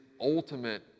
ultimate